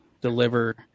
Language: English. deliver